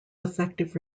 effective